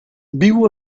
viu